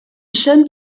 chaîne